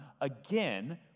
again